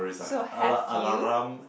so have you